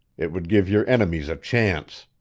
it would give your enemies a chance!